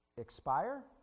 expire